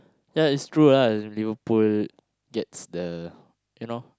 ya it's true ah Liverpool gets the you know